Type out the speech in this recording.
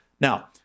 Now